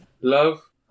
Love